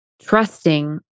trusting